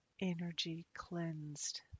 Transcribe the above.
energy-cleansed